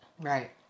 Right